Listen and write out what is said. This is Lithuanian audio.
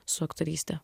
su aktoryste